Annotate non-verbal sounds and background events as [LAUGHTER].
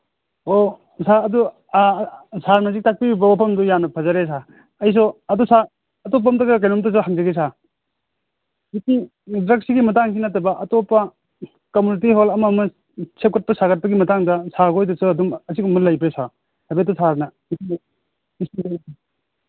ꯑꯣ ꯁꯥꯔ ꯑꯗꯨ ꯁꯥꯔꯅ ꯍꯧꯖꯤꯛ ꯇꯥꯛꯄꯤꯔꯤꯕ ꯋꯥꯐꯝꯗꯨ ꯌꯥꯝꯅ ꯐꯖꯔꯦ ꯁꯥꯔ ꯑꯩꯁꯨ ꯑꯗꯨ ꯁꯥꯔ ꯑꯇꯣꯞꯄ ꯑꯝꯇꯒ ꯀꯩꯅꯣꯝꯇꯒ ꯍꯪꯖꯒꯦ ꯁꯥꯔ [UNINTELLIGIBLE] ꯗ꯭ꯔꯒꯁꯤꯒꯤ ꯃꯇꯥꯡꯁꯤ ꯅꯠꯇꯕ ꯑꯇꯣꯞꯄ ꯀꯃꯨꯅꯤꯇꯤ ꯍꯣꯜ ꯑꯃ ꯑꯃ ꯁꯦꯝꯒꯠꯄ ꯁꯥꯒꯠꯄꯒꯤ ꯃꯇꯥꯡꯗ ꯁꯥꯔꯍꯣꯏꯗꯁꯨ ꯑꯗꯨꯝ ꯑꯁꯤꯒꯨꯝꯕ ꯂꯩꯕ꯭ꯔꯥ ꯁꯥꯔ ꯍꯥꯏꯐꯦꯠꯇ ꯁꯥꯔꯅ [UNINTELLIGIBLE]